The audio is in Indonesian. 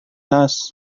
tas